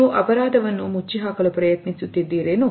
ನೀವು ಅಪರಾಧವನ್ನು ಮುಚ್ಚಿ ಹಾಕಲು ಪ್ರಯತ್ನಿಸುತ್ತಿದ್ದಾರೇನು